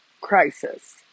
crisis